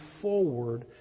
forward